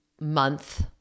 month